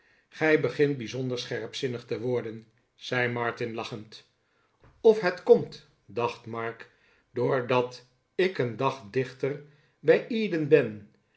gij begint bijzonder scherpzinnig te worden zei martin lachend of het komt dacht mark doordat ik een dag dichter bij eden ben